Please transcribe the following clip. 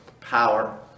power